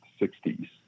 60s